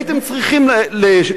הייתם צריכים לחזק אותו בנושא.